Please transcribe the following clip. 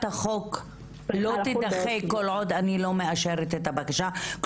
החוק לא תידחה כל עוד אני לא מאשרת את הבקשה?